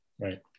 Right